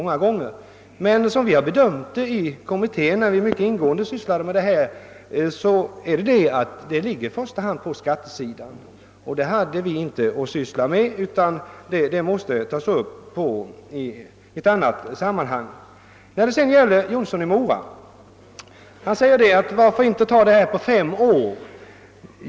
Men när vi i kommittén mycket ingående behandlade frågan bedömde vi saken så, att problemen härvidlag i första hand ligger på skattesidan. Och den hade vi inte att syssla med, utan de problemen får tas upp i ett annat sammanhang. Herr Jonsson i Mora föreslår att ökningen skall ske under en femårsperiod.